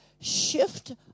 shift